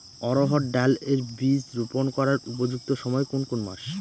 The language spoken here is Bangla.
অড়হড় ডাল এর বীজ রোপন করার উপযুক্ত সময় কোন কোন মাস?